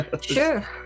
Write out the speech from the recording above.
Sure